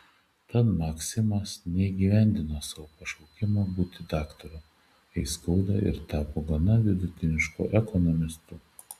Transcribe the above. tad maksimas neįgyvendino savo pašaukimo būti daktaru aiskauda ir tapo gana vidutinišku ekonomistu